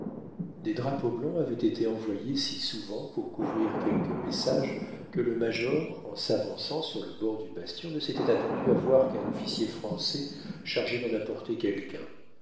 des drapeaux blancs avaient été envoyés si souvent pour couvrir quelque message que le major en s'avançant sur le bord du bastion ne s'était attendu à voir qu'un officier français chargé d'en apporter quelqu'un